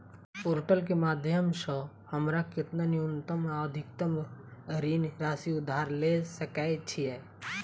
Portal केँ माध्यम सऽ हमरा केतना न्यूनतम आ अधिकतम ऋण राशि उधार ले सकै छीयै?